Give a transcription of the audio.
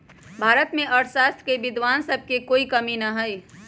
भारत में अर्थशास्त्र के विद्वान सब के कोई कमी न हई